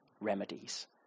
remedies